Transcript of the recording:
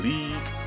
League